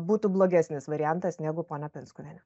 būtų blogesnis variantas negu ponia pinskuvienė